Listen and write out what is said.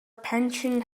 pension